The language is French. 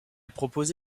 propose